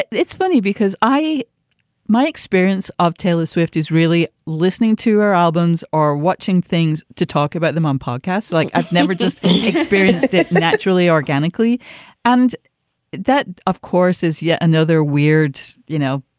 it's funny because i my experience of taylor swift is really listening to her albums or watching things to talk about them on podcasts. like i've never just experienced it naturally, organically and that, of course, is yet another weird, you know,